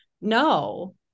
no